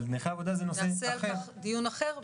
על כל נושא נכי העבודה נקיים דיון אחר,